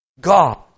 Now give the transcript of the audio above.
God